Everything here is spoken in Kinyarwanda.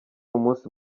umunsi